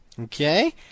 Okay